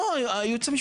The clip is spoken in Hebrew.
לא, הייעוץ המשפטי.